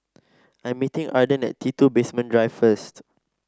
I'm meeting Arden at T two Basement Drive first